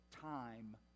time